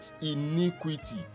iniquity